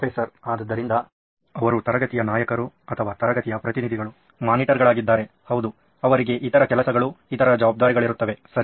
professor ಆದ್ದರಿಂದ ಅವರು ತರಗತಿಯ ನಾಯಕರು ಅಥವಾ ತರಗತಿಯ ಪ್ರತಿನಿಧಿಗಳ ಮಾನಿಟರ್ಗಳಾಗಿದ್ದರೆ ಹೌದು ಅವರಿಗೆ ಇತರ ಉದ್ಯೋಗಗಳು ಇತರ ಜವಾಬ್ದಾರಿಗಳಿರುತ್ತವೆ ಸರಿ